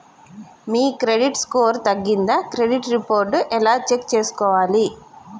మీ credit score తగ్గిందా credit report ఎలా check చేసుకోవాలి?